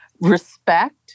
respect